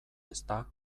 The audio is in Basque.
ezta